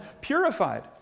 purified